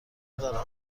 دارم